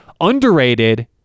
Underrated